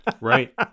Right